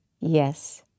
yes